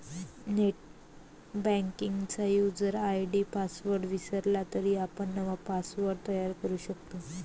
नेटबँकिंगचा user ID password विसरला तरी आपण नवा पासवर्ड तयार करू शकतो